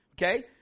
Okay